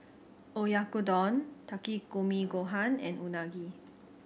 Oyakodon Takikomi Gohan and Unagi